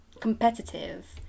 competitive